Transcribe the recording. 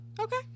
Okay